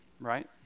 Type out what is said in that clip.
right